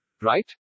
Right